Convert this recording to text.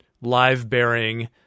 live-bearing